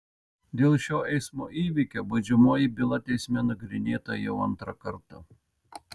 dėl šio eismo įvykio baudžiamoji byla teisme nagrinėta jau antrą kartą